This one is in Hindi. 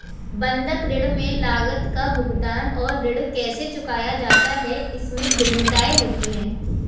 बंधक ऋण में लागत का भुगतान और ऋण कैसे चुकाया जाता है, इसमें भिन्नताएं होती हैं